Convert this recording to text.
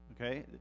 okay